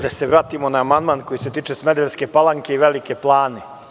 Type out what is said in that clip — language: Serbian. Da se vratimo na amandman koji se tiče Smederevske Palanke i Velike Plane.